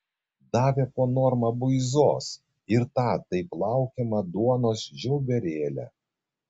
davė po normą buizos ir tą taip laukiamą duonos žiauberėlę